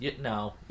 No